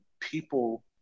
people